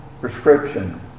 prescription